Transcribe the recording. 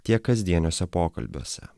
tiek kasdieniuose pokalbiuose